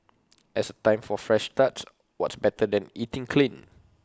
as A time for fresh starts what's better than eating clean